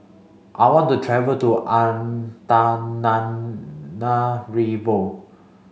I want to travel to Antananarivo